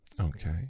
okay